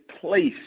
place